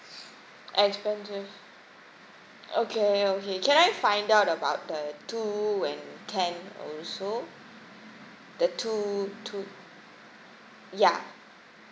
expensive okay okay can I find out about the two and ten also the two two ya